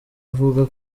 uvuga